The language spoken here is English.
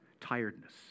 tiredness